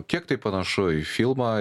kiek tai panašu į filmą